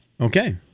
Okay